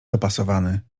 dopasowany